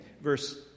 verse